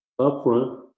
upfront